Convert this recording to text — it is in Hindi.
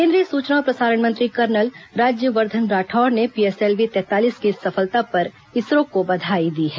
केंद्रीय सूचना और प्रसारण मंत्री कर्नल राज्यवर्धन राठौड़ ने पीएसएलवी तैंतालीस की इस सफलता पर इसरो को बधाई दी है